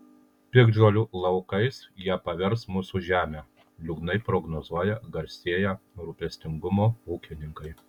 piktžolių laukais jie pavers mūsų žemę liūdnai prognozuoja garsėję rūpestingumu ūkininkai